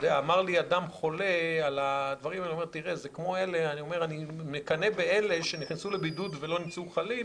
אמר לי אדם חולה שהוא מקנא באלה שנכנסו לבידוד ולא נמצאים חולים